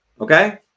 okay